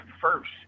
first